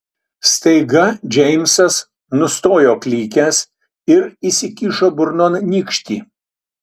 staiga džeimsas nustojo klykęs ir įsikišo burnon nykštį